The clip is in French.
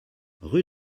rue